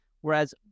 whereas